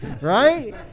right